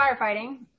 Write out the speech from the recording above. firefighting